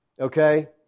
Okay